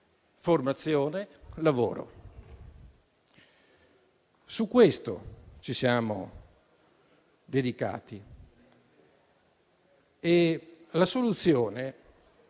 formazione e lavoro. A questo ci siamo dedicati. La soluzione